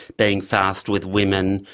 being fast with women,